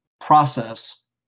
process